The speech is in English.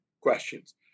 questions